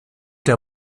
der